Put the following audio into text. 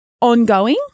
ongoing